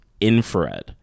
infrared